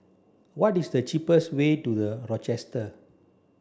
what is the cheapest way to The Rochester